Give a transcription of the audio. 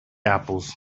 apples